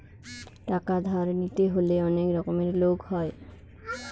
টাকা ধার নিতে হলে অনেক রকমের লোক হয়